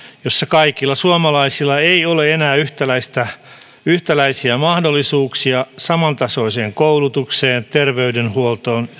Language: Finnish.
jossa kaikilla suomalaisilla ei ole enää yhtäläisiä mahdollisuuksia samantasoiseen koulutukseen terveydenhuoltoon